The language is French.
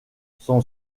son